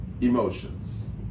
emotions